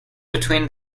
between